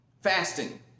Fasting